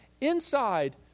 inside